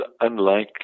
unlikely